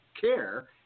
care